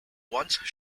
once